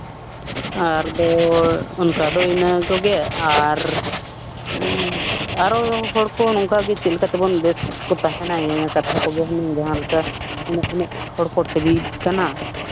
ᱟᱨ ᱵᱚ ᱚᱱᱠᱟ ᱫᱚ ᱤᱱᱟᱹ ᱠᱚᱜᱮ ᱟᱨ ᱟᱨᱚ ᱦᱚᱲ ᱠᱚ ᱱᱚᱝᱠᱟᱜᱮ ᱪᱮᱫ ᱞᱮᱠᱟ ᱛᱮᱵᱚᱱ ᱵᱮᱥ ᱛᱟᱦᱮᱱᱟ ᱤᱱᱟᱹ ᱠᱟᱛᱷᱟ ᱠᱚᱜᱮᱵᱚᱱ ᱡᱟᱦᱟᱸ ᱞᱮᱠᱟ ᱩᱱᱟᱹᱜ ᱩᱱᱟᱹᱜ ᱦᱚᱠᱚ ᱴᱤᱵᱷᱤᱜ ᱠᱟᱱᱟ